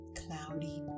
cloudy